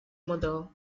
model